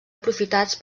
aprofitats